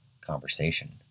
conversation